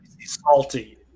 salty